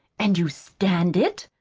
and you stand it?